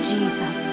Jesus